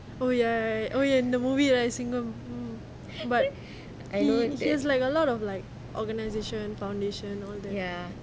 oh ya ya oh ya in the movie right single but he he's like a lot of organisation foundation all that